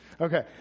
Okay